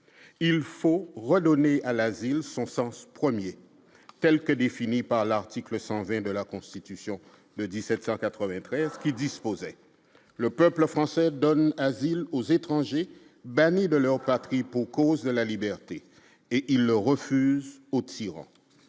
il faut redonner à la ville son sens 1er, telle que définie par l'article 120 de la Constitution de 1793 qui disposait, le peuple français donne asile aux étrangers bannis de leur patrie pour cause de la liberté et il le refuse aux tyrans,